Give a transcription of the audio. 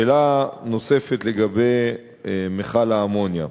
שאלה נוספת, לגבי מכל האמוניה.